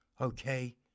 okay